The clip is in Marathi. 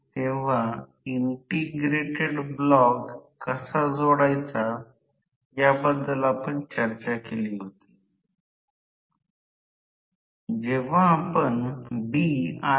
तेव्हा हे उघडच आहे मशीन देखील लोड केले जाते तेव्हा हे रोटर ओपन सर्किट असेल जरी मशीन लोडेड असली तरी हे rअधिक राहतील किंवा स्थिर होईल